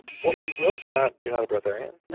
what we will you're not you're not a breatharian?